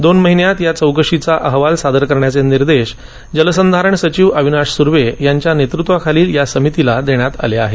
दोन महिन्यात या चौकशीचा अहवाल सादर करण्याचे निर्देश जलसंधारण सचीव अविनाश सुर्वे यांच्या नेतृत्वाखालील या समितीला देण्यात आले आहेत